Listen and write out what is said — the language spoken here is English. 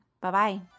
Bye-bye